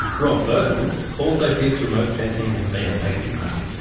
rob burton also thinks remote sensing has been a waste of money.